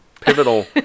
pivotal